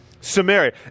Samaria